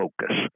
Focus